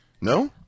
No